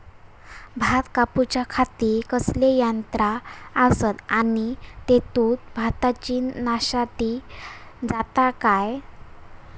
भात कापूच्या खाती कसले यांत्रा आसत आणि तेतुत भाताची नाशादी जाता काय?